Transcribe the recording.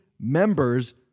members